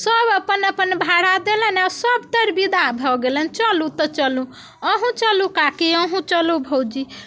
सब अपन अपन भाड़ा देलनि आ सब तरि विदा भऽ गेलनि चलू तऽ चलू अहुँ चलू काकी अहुँ चलू भौजी